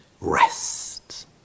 rest